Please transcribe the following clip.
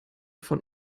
von